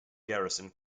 garrison